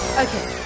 Okay